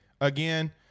again